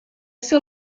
ser